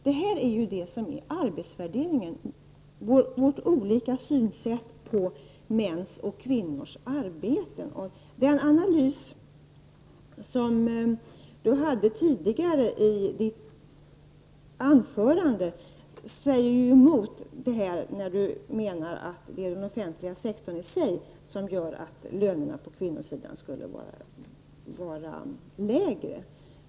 Det är ju det som är arbetsvärdering; vårt sätt att se olika på mäns och kvinnors arbete. Den analys som han hade med i sitt anförande tidigare säger emot detta påstående, att det är den offentliga sektorn i sig som skulle göra att lönerna på kvinnosidan är lägre.